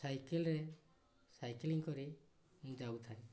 ସାଇକେଲ୍ରେ ସାଇକେଲିଂ କରି ଯାଉଥାଏ